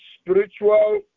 spiritual